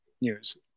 news